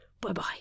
Bye-bye